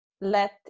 let